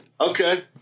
Okay